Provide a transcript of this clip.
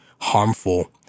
harmful